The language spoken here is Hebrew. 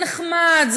זה נחמד,